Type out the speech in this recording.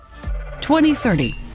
2030